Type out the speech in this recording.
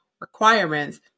requirements